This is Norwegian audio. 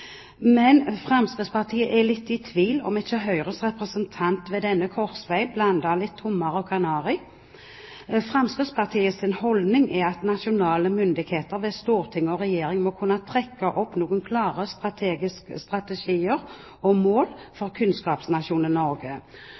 Men Fremskrittspartiet er litt i tvil om ikke Høyres representant ved denne korsvei blander litt hummer og kanari. Fremskrittspartiets holdning er at nasjonale myndigheter ved storting og regjering må kunne trekke opp noen klare strategier og mål for kunnskapsnasjonen Norge.